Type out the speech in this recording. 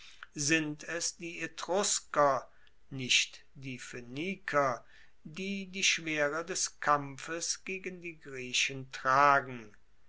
sind es die etrusker nicht die phoeniker die die schwere des kampfes gegen die griechen tragen